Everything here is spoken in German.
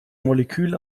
molekül